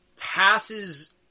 passes